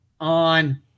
on